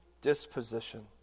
disposition